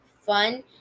fun